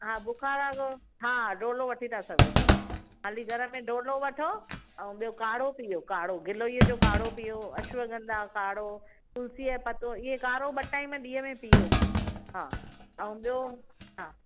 हा बुख़ार आहे त हा डोलो वठी था सघो तव्हां हाली घर में डोलो वठो ऐं ॿियो काड़ो पियो काड़ो गिलोइअ जो काड़ो पीओ अश्वगंधा जो काड़ो तुलसी जो पनो ऐं काड़ो ॿ टाइम ॾींहं में पीओ हां ऐं ॿियो हां